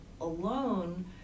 alone